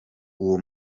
uwo